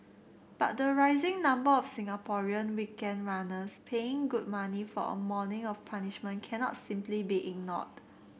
but the rising number of Singaporean weekend runners paying good money for a morning of punishment cannot simply be ignored